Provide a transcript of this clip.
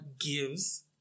gives